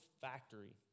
factory